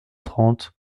trente